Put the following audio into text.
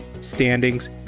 standings